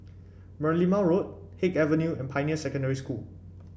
Merlimau Road Haig Avenue and Pioneer Secondary School